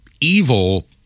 evil